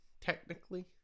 technically